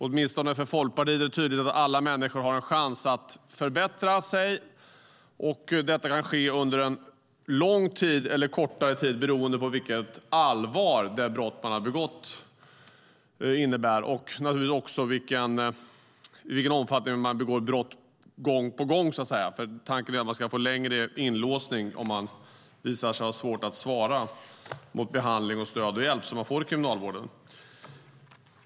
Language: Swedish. Åtminstone för Folkpartiet är det tydligt att alla människor ska ha en chans att förbättra sig. Detta kan ske under en lång tid eller en kortare tid beroende på hur allvarligt brott man har begått och naturligtvis också i vilken omfattning man begår brott gång på gång. Tanken är att det ska vara en längre inlåsning om man visar sig att ha svårt att svara mot behandling, stöd och hjälp inom kriminalvården.